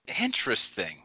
Interesting